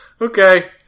Okay